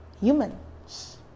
humans